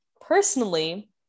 personally